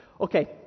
Okay